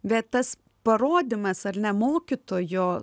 bet tas parodymas ar ne mokytojo